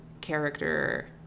character